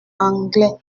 anglet